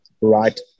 right